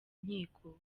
nkiko